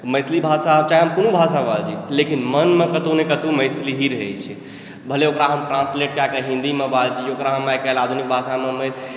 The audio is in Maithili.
मैथिली भाषा चाहे हम कोनो भाषा बाजी लेकिन मनमे कतहुँ न कतहुँ मैथिली ही रहैत छै भले हम ओकरा ट्रान्सलेट कएकऽ हिन्दीमे बाजी ओकरा हम आइकाल्हि आधुनिक भाषामे